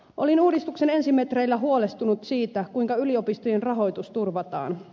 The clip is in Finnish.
olin uudistuksen ensi metreillä huolestunut siitä kuinka yliopistojen rahoitus turvataan